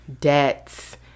debts